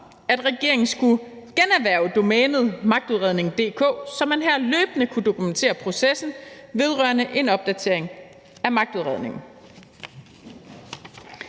at regeringen skulle generhverve domænet www.magtudredning.dk, så man her løbende kunne dokumentere processen vedrørende en opdatering af magtudredningen.